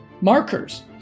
markers